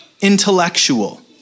intellectual